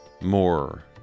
More